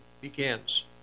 begins